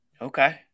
Okay